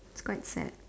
it's quite sad